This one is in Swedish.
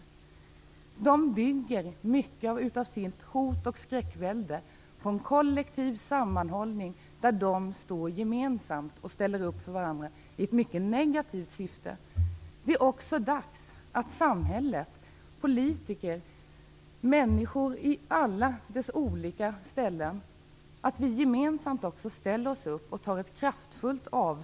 Gängen bygger mycket av sitt hot och skräckvälde på en kollektiv sammanhållning där man gemensamt ställer upp för varandra i ett mycket negativt syfte. Det är dags att också samhälle, politiker och människor på olika ställen gemensamt ställer sig upp och kraftfullt tar avstånd från detta.